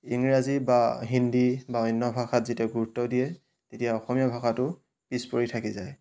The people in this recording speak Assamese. ইংৰাজী বা হিন্দী বা অন্য ভাষাত যেতিয়া গুৰুত্ব দিয়ে তেতিয়া অসমীয়া ভাষাটো পিছ পৰি থাকি যায়